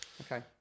Okay